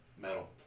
metal